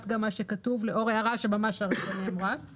הכתוב לאור הערה שנאמרה